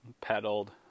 pedaled